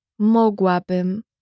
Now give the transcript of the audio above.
mogłabym